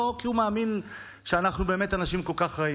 לא כי הוא מאמין שאנחנו באמת אנשים כל כך רעים.